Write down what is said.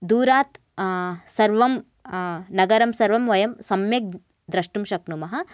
दूरात् सर्वं नगरं सर्वं वयं सम्यक् द्रष्टुं शक्नुमः